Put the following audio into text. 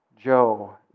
Joe